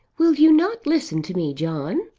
will you not listen to me, john?